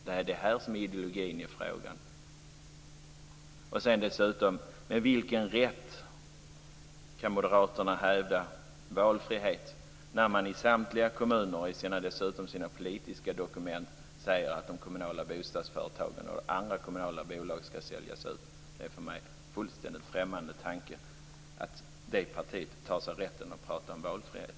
Det är detta som är ideologin i frågan. Dessutom undrar jag med vilken rätt som Moderaterna kan hävda valfrihet när man i sina politiska dokument säger att de kommunala bostadsföretagen och andra kommunala bolag skall säljas ut i samtliga kommuner. Det är en fullständigt främmande tanke för mig att det partiet tar sig rätten att prata om valfrihet.